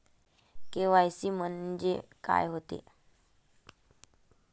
KYC म्हंनजे का होते?